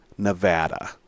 Nevada